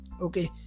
okay